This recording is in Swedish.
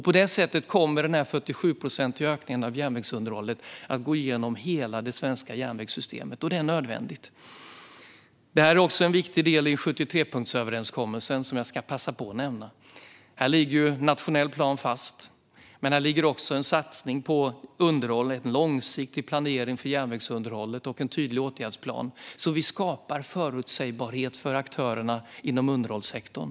På detta sätt kommer den 47-procentiga ökningen av järnvägsunderhållet att gå igenom hela det svenska järnvägssystemet, och det är nödvändigt. Detta är också en viktig del i 73-punktsöverenskommelsen, som jag ska passa på att nämna. Här ligger den nationella planen fast, men här ligger också en satsning på underhåll - en långsiktig planering för järnvägsunderhållet och en tydlig åtgärdsplan - så att vi skapar förutsägbarhet för aktörerna inom underhållssektorn.